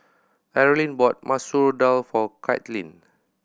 Arlyne bought Masoor Dal for Kaitlin